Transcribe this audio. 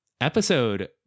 Episode